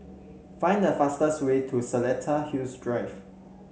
find the fastest way to Seletar Hills Drive